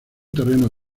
terreno